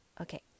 Okay